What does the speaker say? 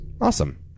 Awesome